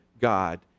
God